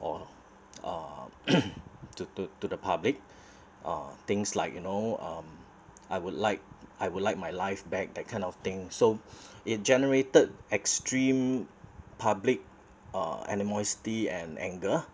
or uh to to to the public uh things like you know um I would like I would like my life back that kind of thing so it generated extreme public uh animosity and anger